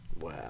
Wow